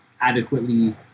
adequately